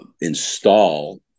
install